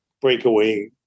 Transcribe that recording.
breakaway